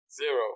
Zero